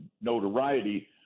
notoriety